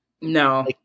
no